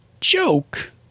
joke